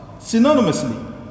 Synonymously